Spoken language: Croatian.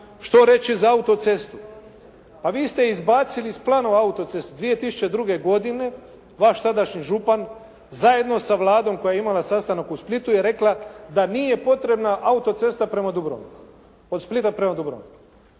što reći za autocestu? Pa vi ste izbacili iz planova autocestu. 2002 godine vaš tadašnji župan zajedno sa Vladom koja je imala sastanak u Splitu je rekla da nije potrebna autocesta prema Dubrovniku, od Splita prema Dubroniku.